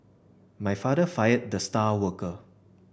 my father fired the star worker